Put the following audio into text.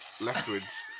leftwards